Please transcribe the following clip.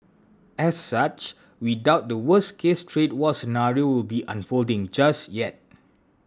as such we doubt the worst case trade war scenario will be unfolding just yet